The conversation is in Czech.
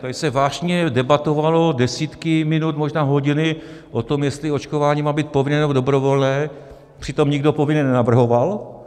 Tady se vášnivě debatovalo desítky minut, možná hodiny o tom, jestli očkování má být povinné, nebo dobrovolné, přitom nikdo povinné nenavrhoval.